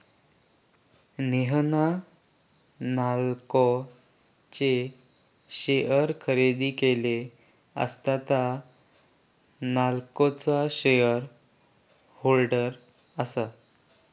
नेहान नाल्को चे शेअर खरेदी केले, आता तां नाल्कोचा शेअर होल्डर आसा